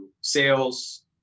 sales